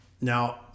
Now